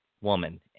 woman